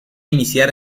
iniciar